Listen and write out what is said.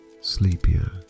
sleepier